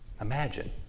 Imagine